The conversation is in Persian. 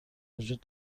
وجود